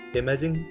imagine